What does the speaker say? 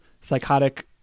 psychotic